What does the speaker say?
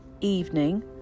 evening